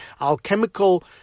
alchemical